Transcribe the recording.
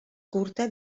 curta